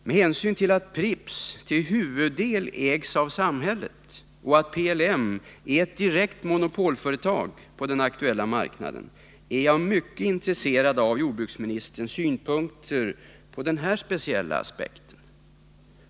Med hänsyn till att Pripps till sin huvuddel ägs av samhället och att PLM är ett direkt monopolföretag på den aktuella marknaden är jag mycket intresserad av jordbruksministerns synpunkter på den här speciella aspekten.